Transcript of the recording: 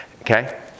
okay